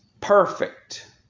perfect